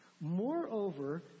Moreover